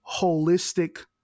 holistic